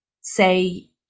say